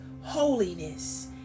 holiness